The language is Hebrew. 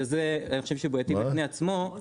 שזה אני חושב בעייתי בפני עצמו.